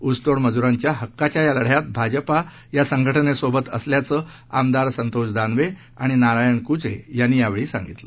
ऊसतोड मजुरांच्या हक्काच्या या लढ्यात भाजपा या संघटनेसोबत असल्याचं आमदार संतोष दानवे आणि नारायण कुचे यांनी यावेळी सांगितलं